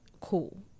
cool